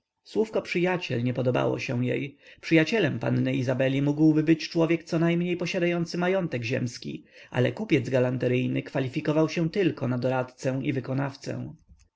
słówko przyjaciel nie podobało się jej przyjacielem panny izabeli mógłby być człowiek conajmniej posiadający majątek ziemski ale kupiec galanteryjny kwalifikował się tylko na doradcę i wykonawcę